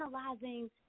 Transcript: analyzing